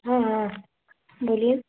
हाँ हाँ बोलिए